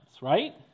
right